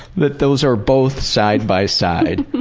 that those are both side-by-side.